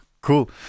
cool